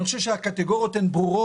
אני חושב שהקטגוריות הן ברורות.